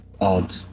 odd